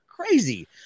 crazy